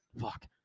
Fuck